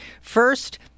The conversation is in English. first